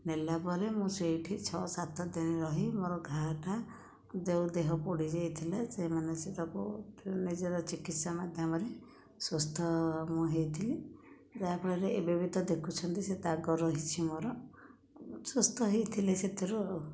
ନେଲା ପରେ ମୁଁ ସେହିଠି ଛଅ ସାତ ଦିନ ରହି ମୋର ଘା ଟା ଯେଉଁ ଦେହ ପୋଡ଼ି ଯାଇଥିଲା ସେମାନେ ସେଇଟାକୁ ନିଜର ଚିକିତ୍ସା ମାଧ୍ୟମରେ ସୁସ୍ଥ ମୁଁ ହୋଇଥିଲି ଯାହାଫଳରେ ଏବେ ବି ତ ଦେଖୁଛନ୍ତି ଯେ ଦାଗ ରହିଛି ମୋର ସୁସ୍ଥ ହୋଇଥିଲି ସେଥିରୁ ଆଉ